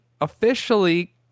officially